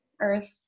earth